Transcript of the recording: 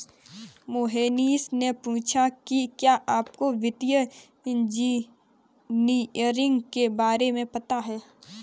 मोहनीश ने पूछा कि क्या आपको वित्तीय इंजीनियरिंग के बारे में पता है?